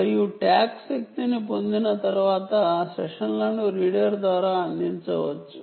మరియు ట్యాగ్ శక్తిని పొందిన తర్వాత సెషన్లను రీడర్ ద్వారా అందించవచ్చు